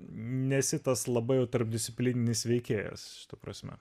nesi tas labai jau tarpdisciplininis veikėjas šita prasme